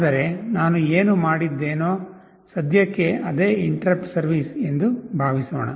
ಆದರೆ ನಾನು ಏನು ಮಾಡಿದ್ದೇನೋ ಸದ್ಯಕ್ಕೆ ಅದೇ ಇಂಟರಪ್ಟ್ ಸರ್ವಿಸ್ ಎಂದು ಭಾವಿಸೋಣ